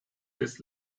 this